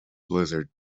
blizzard